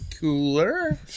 cooler